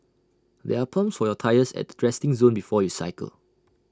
there are pumps for your tyres at the resting zone before you cycle